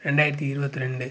ரெண்டாயிரத்தி இருபத்து ரெண்டு